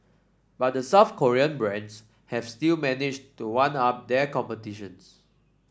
but the South Korean brands have still managed to one up their competitions